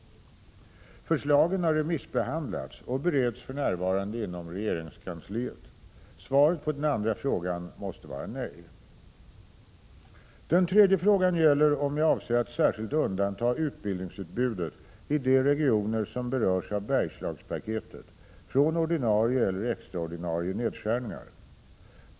Förslagen har remissbehandlats och bereds för närvarande inom regeringskansliet. Svaret på den andra frågan måste vara nej. Den tredje frågan gäller om jag avser att särskilt undanta utbildningsutbudet i de regioner som berörs av Bergslagspaketet från ordinarie eller extraordinarie nedskärningar.